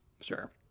Sure